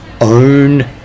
own